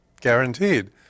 Guaranteed